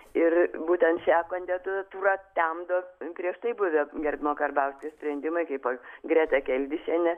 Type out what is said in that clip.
ir būtent šią kandidatūrą temdo prieš tai buvę gerbiamo karbauskio sprendimai kaip greta keldišienė